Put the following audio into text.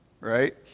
Right